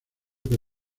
que